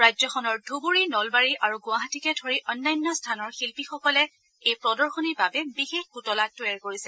ৰাজ্যখনৰ ধুবুৰী নলবাৰী আৰু গুৱাহাটীকে ধৰি অন্যান্য স্থানৰ শিল্পীসকলে এই প্ৰদশনীৰ বাবে বিশেষ পুতলা তৈয়াৰ কৰিছে